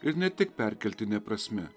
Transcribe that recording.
ir ne tik perkeltine prasme